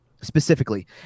specifically